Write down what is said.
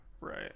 Right